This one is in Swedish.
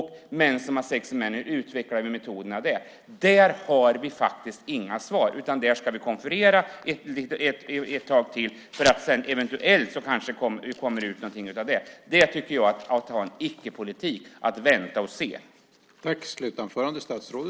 Hur utvecklar vi metoderna för män som har sex med män? Där har vi inga svar. Vi ska konferera ett tag till, och sedan kanske det eventuellt kommer ut någonting av det. Det är att ha en icke-politik och att vänta och se.